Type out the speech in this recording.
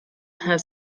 had